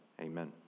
amen